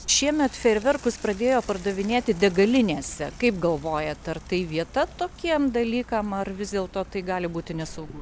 šiemet fejerverkus pradėjo pardavinėti degalinėse kaip galvojat ar tai vieta tokiem dalykam ar vis dėlto tai gali būti nesaugu